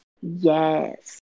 Yes